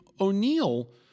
O'Neill